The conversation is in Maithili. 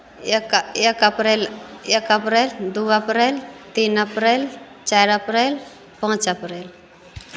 एक एक अप्रिल एक अप्रिल दू अप्रिल तीन अप्रिल चारि अप्रिल पाँच अप्रिल